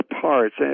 parts